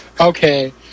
Okay